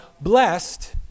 blessed